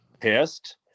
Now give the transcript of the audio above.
pissed